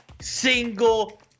single